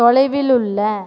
தொலைவில் உள்ள